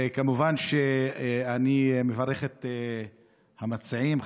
כמובן שאני מברך את המציעים,